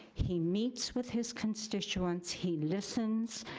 he meets with his constituents, he listens,